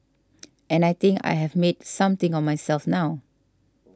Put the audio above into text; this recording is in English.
and I think I have made something of myself now